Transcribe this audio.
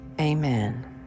Amen